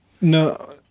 No